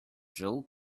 joe